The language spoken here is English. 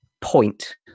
point